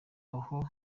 aho